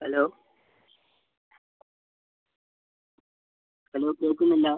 hello hello കേൾക്കുന്നില്ല